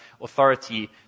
authority